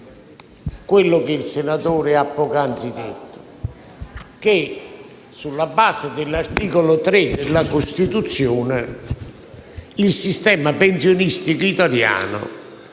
quello che il senatore ha poc'anzi detto, ovvero che, sulla base dell'articolo 3 della Costituzione, il sistema pensionistico italiano